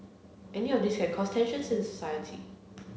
any of these can cause tensions in society